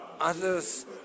others